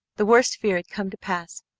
the worst fear had come to pass.